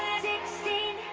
sixteen